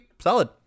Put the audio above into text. solid